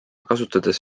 kasutades